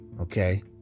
Okay